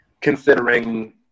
considering